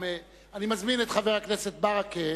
אני מזמין את חבר הכנסת מוחמד ברכה